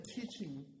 teaching